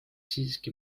siiski